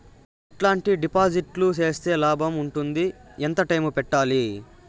ఎట్లాంటి డిపాజిట్లు సేస్తే లాభం ఉంటుంది? ఎంత టైము పెట్టాలి?